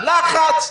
לחץ.